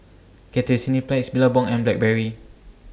Cathay Cineplex Billabong and Blackberry